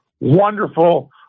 wonderful